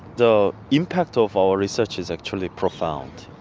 the impact of our research is actually profound.